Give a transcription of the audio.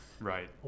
right